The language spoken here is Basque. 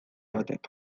batek